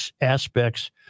aspects